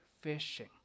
fishing